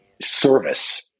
service